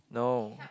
no